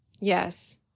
yes